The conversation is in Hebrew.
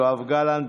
יואב גלנט,